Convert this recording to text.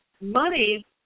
money